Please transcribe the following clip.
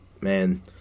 man